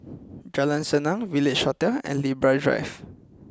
Jalan Senang Village Hotel and Libra Drive